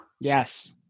Yes